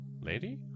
lady